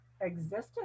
existence